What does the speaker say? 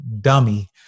dummy